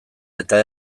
eta